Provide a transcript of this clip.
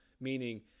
Meaning